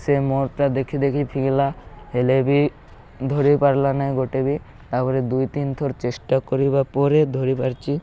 ସେ ମୋରଟା ଦେଖି ଦେଖି ଫିଙ୍ଗିଲା ହେଲେ ବି ଧରି ପାରିଲା ନାହିଁ ଗୋଟେ ବି ତାପରେ ଦୁଇ ତିନି ଥର ଚେଷ୍ଟା କରିବା ପରେ ଧରିପାରଛି